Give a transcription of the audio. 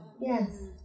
Yes